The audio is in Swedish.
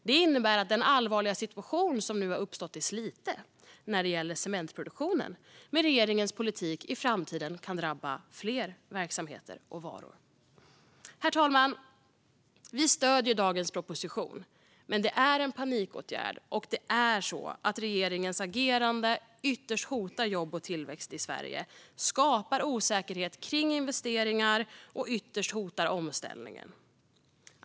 Det innebär att den allvarliga situation som nu har uppstått i Slite när det gäller cementproduktionen med regeringens politik i framtiden kan drabba fler verksamheter och varor. Herr talman! Vi stöder dagens proposition, men det är en panikåtgärd. Det är så att regeringens agerande ytterst hotar jobb och tillväxt i Sverige. Det skapar osäkerhet kring investeringar, och det hotar ytterst omställningen.